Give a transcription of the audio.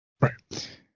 Right